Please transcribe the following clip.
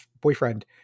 boyfriend